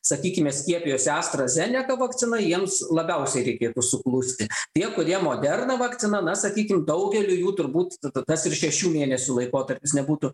sakykime skiepijosi astra zeneka vakcina jiems labiausiai reikėtų suklusti tie kurie moderna vakcina na sakykim daugeliui jų turbūt ta tas ir šešių mėnesių laikotarpis nebūtų